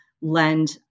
lend